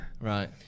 Right